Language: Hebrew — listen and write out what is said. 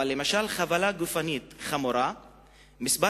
אבל למשל בחבלה גופנית חמורה מספר